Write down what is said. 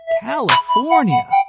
California